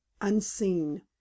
unseen